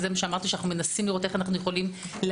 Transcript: אנו מנסים לראות איך אנו יכולים להגדיר